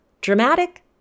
Dramatic